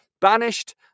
banished